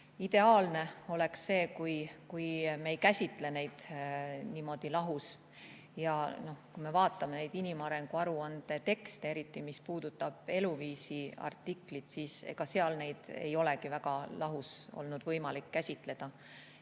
Ideaalne oleks, kui me ei käsitleks neid niimoodi lahus. Ja kui me vaatame inimarengu aruande tekste, eriti mis puudutab eluviisi artiklit, siis ega seal neid ei olegi väga lahus olnud võimalik käsitleda.